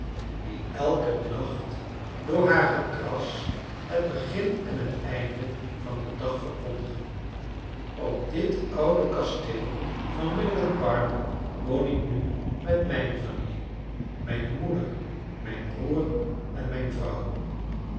die elken nacht door haar gekras het begin en het einde van den dag verkondigen op dit oude kasteel van milligan park woon ik nu met mijne familie mijne moeder mijn broer en mijne vrouw